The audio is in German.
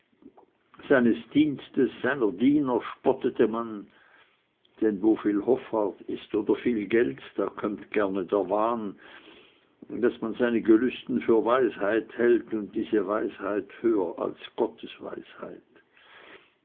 seines dienstes seiner diener spottete man denn wo viel hoffart ist oder viel geld da kömmt gerne der wahn daß man seine gelüsten für weisheit hält und diese weisheit höher als gottes weisheit